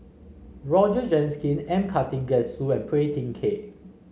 Roger Jenkin M Karthigesu and Phua Thin Kiay